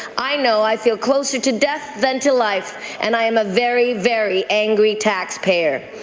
i know i feel closer to death than to life and i am a very, very angry taxpayer.